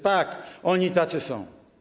Tak, oni tacy są.